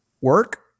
work